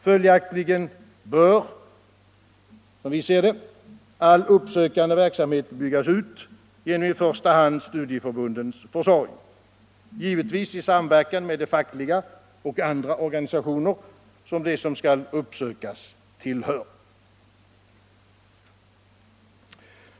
Följaktligen bör, som vi ser det, all uppsökande verksamhet byggas ut genom i första hand studieförbundens försorg, givetvis i samverkan med de fackliga och andra organisationer som de som skall uppsökas tillhör.